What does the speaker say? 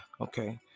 Okay